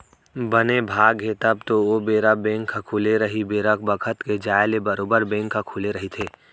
बने भाग हे तब तो ओ बेरा बेंक ह खुले रही बेरा बखत के जाय ले बरोबर बेंक ह खुले रहिथे